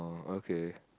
oh okay